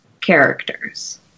characters